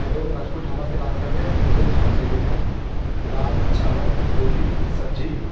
hello Rajput Dhaba से बात कर रहे हैं मुझे खाना चाहिए था दाल चावल रोटी सब्ज़ी